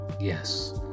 Yes